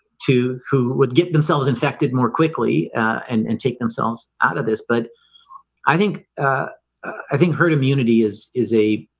to who would get themselves infected more quickly, ah and and take themselves out of this but i think ah i think herd immunity is is a